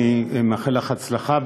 אני מאחל לך הצלחה,